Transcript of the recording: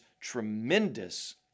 tremendous